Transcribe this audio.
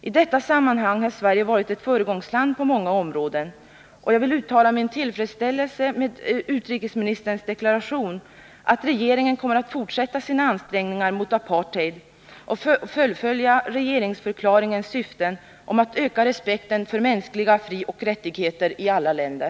I detta sammanhang har Sverige varit ett föregångsland på många områden, och jag vill uttala min tillfredsställelse med utrikesministerns deklaration, att regeringen kommer att fortsätta sina ansträngningar mot apartheid och fullfölja sitt i regeringsförklaringen uttalade syfte att öka respekten för mänskliga frioch rättigheter i alla länder.